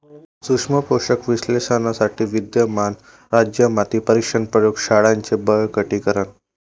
सूक्ष्म पोषक विश्लेषणासाठी विद्यमान राज्य माती परीक्षण प्रयोग शाळांचे बळकटीकरण